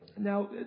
Now